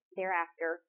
thereafter